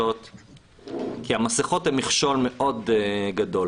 כי המסכות הן מכשול מאוד גדול.